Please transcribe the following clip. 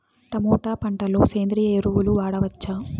Tomato పంట లో సేంద్రియ ఎరువులు వాడవచ్చా?